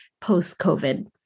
post-COVID